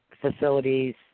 facilities